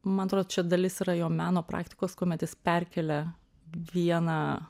man atro čia dalis yra jo meno praktikos kuomet jis perkelia vieną